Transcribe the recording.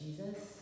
Jesus